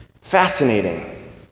fascinating